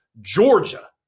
Georgia